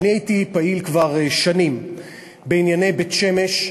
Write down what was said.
אני הייתי פעיל כבר שנים בענייני בית-שמש,